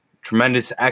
tremendous